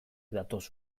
datoz